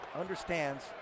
understands